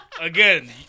again